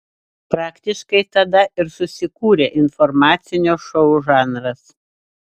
praktiškai tada ir susikūrė informacinio šou žanras